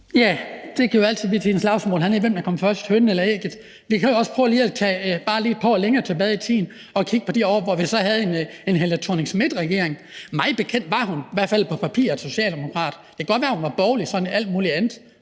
Ja, det kan jo altid blive til et slagsmål hernede, hvem der kom først – hønen eller ægget. Men vi kan jo også lige prøve at gå bare et par år længere tilbage i tiden og kigge på de år, hvor vi så havde en Helle Thorning-Schmidt-regering. Mig bekendt var hun i hvert fald på papiret socialdemokrat. Det kan godt være, at hun var borgerlig og sådan alt muligt andet,